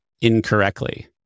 incorrectly